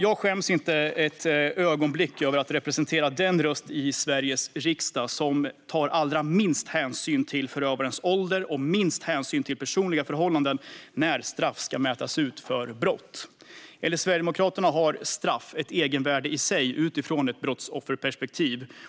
Jag skäms inte ett ögonblick för att representera den röst i Sveriges riksdag som tar allra minst hänsyn till förövarens ålder och minst hänsyn till personliga förhållanden när straff ska mätas ut för brott. Enligt Sverigedemokraterna har straff ett egenvärde i sig, utifrån ett brottsofferperspektiv.